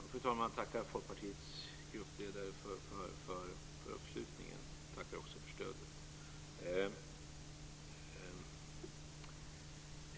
Fru talman! Jag tackar Folkpartiets gruppledare för uppslutningen. Jag tackar också för stödet.